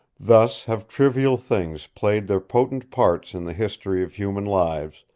thus have trivial things played their potent parts in the history of human lives,